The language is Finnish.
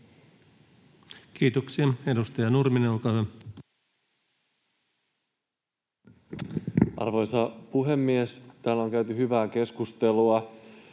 Kiitoksia. — Edustaja Nurminen, olkaa hyvä. Arvoisa puhemies! Täällä on käyty hyvää keskustelua